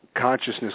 consciousness